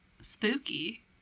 spooky